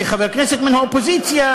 כחבר כנסת מן האופוזיציה: